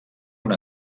una